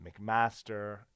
McMaster